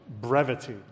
brevity